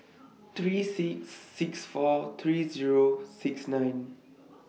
three four six four three Zero nine six